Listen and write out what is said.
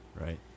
Right